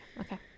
okay